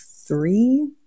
three